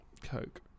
Coke